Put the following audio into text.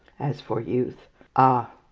as for youth ah,